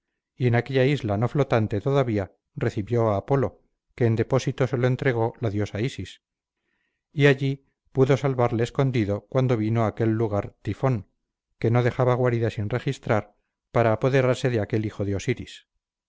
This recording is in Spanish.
y en aquella isla no flotante todavía recibió a apolo que en depósito se lo entregó la diosa isis y allí pudo salvarle escondido cuando vino a aquel lugar tifón que no dejaba guarida sin registrar para apoderarse de aquel hijo de osiris